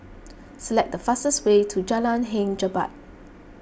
select the fastest way to Jalan Hang Jebat